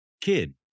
kid